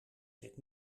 zit